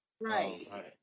Right